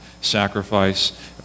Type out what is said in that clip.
sacrifice